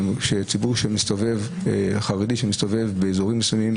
ציבור חרדי שמסתובב באזורים מסוימים